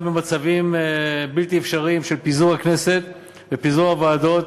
גם במצבים בלתי אפשריים של פיזור הכנסת ופיזור הוועדות,